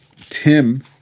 Tim